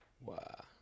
Wow